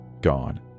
gone